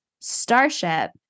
Starship